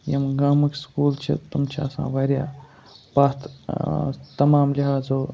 یِم گامٕکۍ سکول چھِ تِم چھِ آسان واریاہ پَتھ تَمام لِہازو